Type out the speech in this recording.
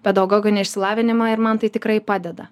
pedagoginį išsilavinimą ir man tai tikrai padeda